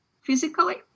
physically